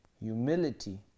humility